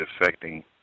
affecting